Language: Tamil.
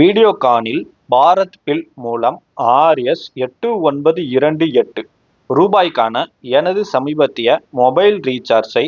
வீடியோகான் இல் பாரத் பில் மூலம் ஆர் எஸ் எட்டு ஒன்பது இரண்டு எட்டு ரூபாய்க்கான எனது சமீபத்திய மொபைல் ரீசார்ஜை